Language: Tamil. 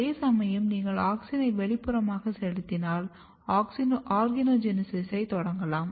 அதேசமயம் நீங்கள் ஆக்ஸினை வெளிப்புறமாகப் செலுத்தினால் ஆர்கனோஜெனீசிஸைத் தொடங்கலாம்